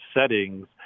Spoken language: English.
settings